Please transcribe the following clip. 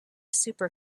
super